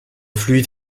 fluide